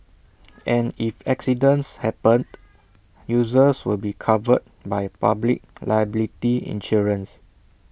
and if accidents happened users will be covered by public liability insurance